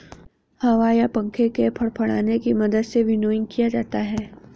हवा या पंखों के फड़फड़ाने की मदद से विनोइंग किया जाता है